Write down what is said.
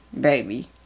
baby